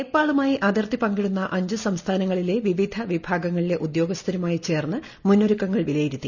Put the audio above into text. നേപ്പാളുമായി അതിർത്തി പങ്കിടുന്ന അഞ്ച് സംസ്ഥാനങ്ങളിലെ വിവിധ വിഭാഗങ്ങളിലെ ഉദ്യോഗസ്ഥരുമായി ചേർന്ന് മുന്നൊരുക്കങ്ങൾ വിലയിരുത്തി